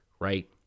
Right